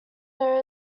there